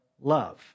love